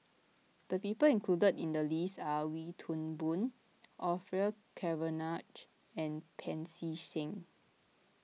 the people included in the list are Wee Toon Boon Orfeur Cavenagh and Pancy Seng